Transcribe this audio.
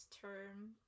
term